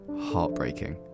heartbreaking